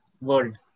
world